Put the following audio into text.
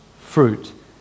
fruit